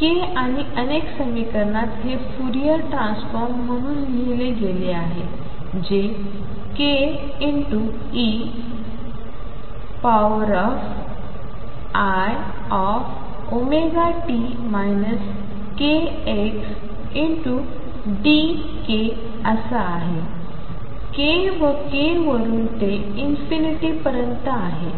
k आणि अनेक समीकरणात हे फुरियर ट्रान्सफॉर्म म्हणून लिहिले गेले आहे जे k eiωt kxd kआहे k व k वरुन ते ∞ पर्यंत आहे